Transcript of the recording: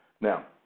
Now